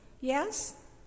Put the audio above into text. Yes